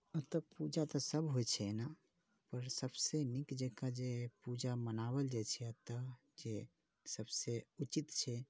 अतऽ पूजा तऽ सभ होइ छै ओना लेकिन सभसे नीक जकाँ जे पूजा मनाओल जाइ छै अतऽ जे सभसँ उचित छै